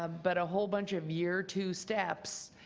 ah but a whole bunch of year two steps,